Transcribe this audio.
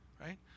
right